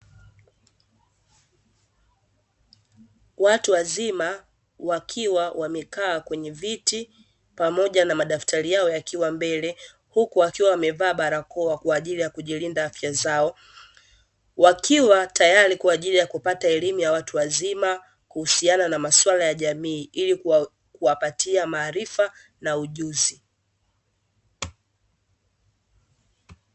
Watu wazima wakiwa wamekaa kwenye viti pamoja na madaftari yao yakiwa mbele huku wakiwa wamevaa barakoa kwa ajili ya kujilinda afya zao, wakiwa tayari kwa ajili ya kupata elimu ya watu wazima kuhusiana na maswala ya jamii ili kuwapatia maarifa na ujuzi.